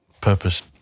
purpose